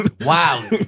Wow